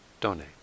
donate